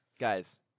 Guys